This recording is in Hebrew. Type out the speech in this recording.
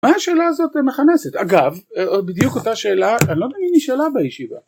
מה השאלה הזאת מכנסת, אגב בדיוק אותה שאלה אני לא יודע אם היא נשאלה בישיבה